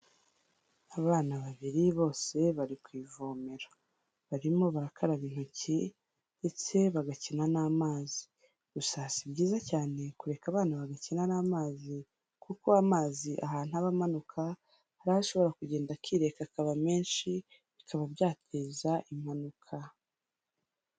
Abana babiri bose bari ku ivomero. Barimo barakaraba intoki ndetse bagakina n'amazi. Gusa si byiza cyane kureka abana bagakina n'amazi, kuko amazi ahantu aba amanuka, hari aho ashobora kugenda akireka akaba menshi, bikaba byateza impanuka.